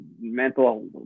mental